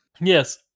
Yes